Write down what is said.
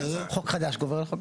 חוק חדש גובר על חוק ישן.